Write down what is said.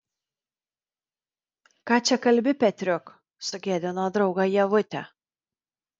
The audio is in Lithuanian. ką čia kalbi petriuk sugėdino draugą ievutė